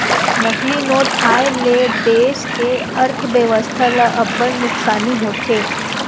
नकली नोट आए ले देस के अर्थबेवस्था ल अब्बड़ नुकसानी होथे